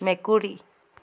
মেকুৰী